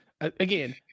Again